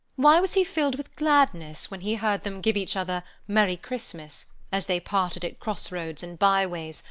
why was he filled with gladness when he heard them give each other merry christmas, as they parted at cross-roads and bye-ways,